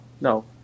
no